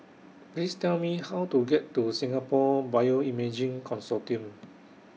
Please Tell Me How to get to Singapore Bioimaging Consortium